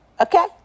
Okay